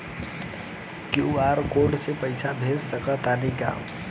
QR code से पईसा भेज सक तानी का?